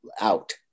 out